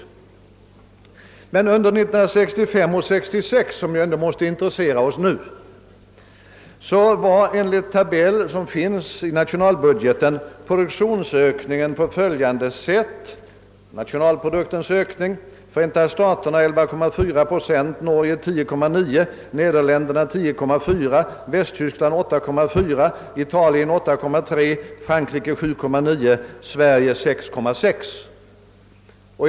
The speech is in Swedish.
Under 1965 och 1966, som ju ändå måste vara den period som särskilt intresserar oss nu, uppgick enligt den tabell som finns i nationalbudgeten nationalproduktens ökning i Förenta staterna till 11,4 procent, i Norge till 10,9 procent, i Nederländerna till 10,4 procent, i Västtyskland till 8,4 procent, i Italien till 8,3 procent, i Frankrike till 7,9 procent och i Sverige till 6,6 procent.